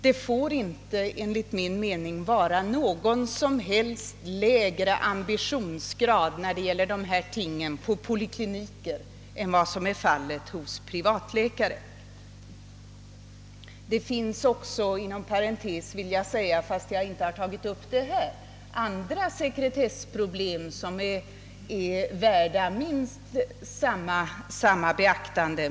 Det får enligt min mening inte vara någon som helst lägre ambitionsgrad när det gäller dessa ting på poliklinikerna än vad som är fallet hos privatläkare. Det finns också — jag vill säga detta inom parentes fastän jag här inte tagit upp saken — andra sekretessproblem som är värda minst samma beaktande.